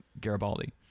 Garibaldi